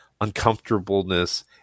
uncomfortableness